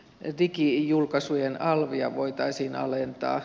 kritiikki julkaisujen alvia voitaisiin alentaa